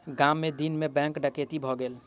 गाम मे दिन मे बैंक डकैती भ गेलै